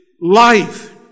life